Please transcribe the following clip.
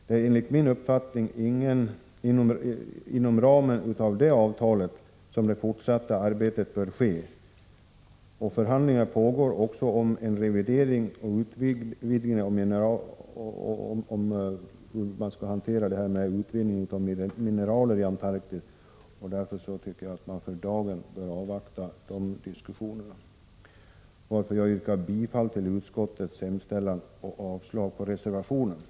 Det är enligt min uppfattning inom ramen av det avtalet som ett fortsatt arbete bör ske. Förhandlingar pågår också för att reglera utvinningen av mineraler i Antarktis. Vi bör avvakta resultatet av dessa överläggningar. Jag yrkar bifall till utskottets förslag och avslag på reservation nr 5.